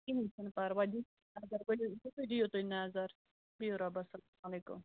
کِہینٛۍ چھُنہٕ پرواے اَگر ؤلِو دِیو تُہۍ نظر بِہِو رۅبس حوال سلام وعلکیُم